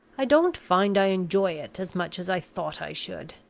i don't find i enjoy it as much as i thought i should.